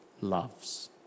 loves